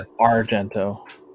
Argento